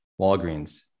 Walgreens